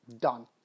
done